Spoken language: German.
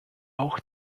auch